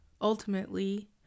Ultimately